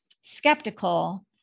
skeptical